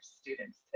students